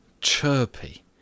chirpy